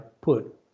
put